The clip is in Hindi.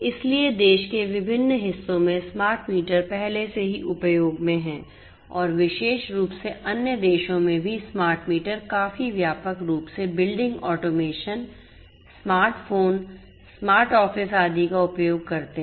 इसलिए देश के विभिन्न हिस्सों में स्मार्ट मीटर पहले से ही उपयोग में हैं और विशेष रूप से अन्य देशों में भी स्मार्ट मीटर काफी व्यापक रूप से building automation smart phone smart office आदि का उपयोग करते हैं